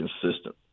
consistent